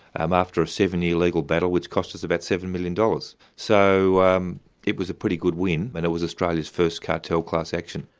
um after a seven-year legal battle, which cost us about seven million dollars. so um it was a pretty good win and it was australia's first cartel class action.